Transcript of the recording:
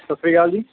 ਸਤਿ ਸ਼੍ਰੀ ਅਕਾਲ ਜੀ